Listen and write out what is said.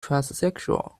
transsexual